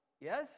yes